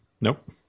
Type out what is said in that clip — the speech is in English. Nope